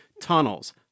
tunnels